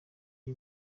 y’i